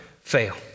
fail